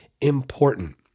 important